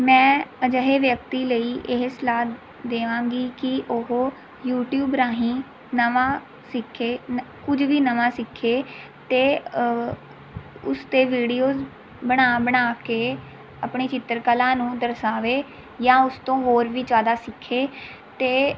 ਮੈਂ ਅਜਿਹੇ ਵਿਅਕਤੀ ਲਈ ਇਹ ਸਲਾਹ ਦੇਵਾਂਗੀ ਕਿ ਉਹ ਯੂਟਿਊਬ ਰਾਹੀਂ ਨਵਾਂ ਸਿੱਖੇ ਕੁੱਝ ਵੀ ਨਵਾਂ ਸਿੱਖੇ ਅਤੇ ਉਸ 'ਤੇ ਵੀਡੀਓਜ਼ ਬਣਾ ਬਣਾ ਕੇ ਆਪਣੀ ਚਿੱਤਰਕਲਾ ਨੂੰ ਦਰਸਾਵੇ ਜਾਂ ਉਸ ਤੋਂ ਹੋਰ ਵੀ ਜ਼ਿਆਦਾ ਸਿੱਖੇ ਅਤੇ